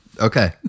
Okay